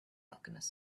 alchemist